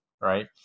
right